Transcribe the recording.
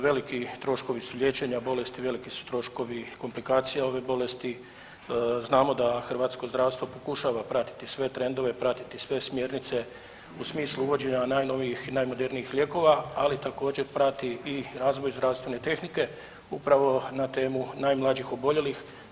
Veliki troškovi su liječenja bolesti, veliki su troškovi komplikacija ove bolesti, znamo da hrvatsko zdravstvo pokušava pratiti sve trendove, pratiti sve smjernice u smislu uvođenja najnovijih i najmodernijih lijekova, ali također, prati i razvoj zdravstvene tehnike upravo na temu najmlađih oboljelih.